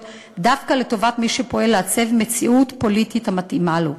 דווקא לטובת מי שפועל לעצב מציאות פוליטית המתאימה לו.